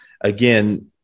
again